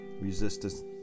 resistance